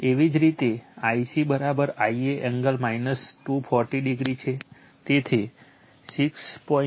એવી જ રીતે Ic Ia એંગલ 240o છે તેથી 6